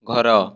ଘର